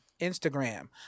Instagram